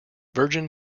virgin